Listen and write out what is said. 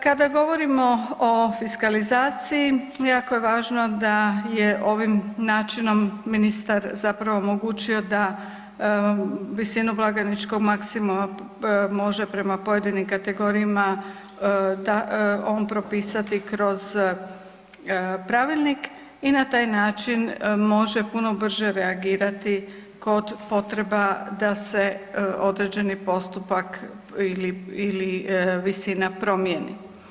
Kada govorimo o fiskalizaciji, jako je važno da je ovim načinom ministar zapravo omogućio da visinu blagajničkog maksimuma može prema pojedinih kategorijama da, on propisati kroz pravilnik i na taj način može puno brže reagirati kod potreba da se određeni postupak ili visina promijeni.